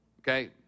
Okay